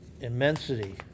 immensity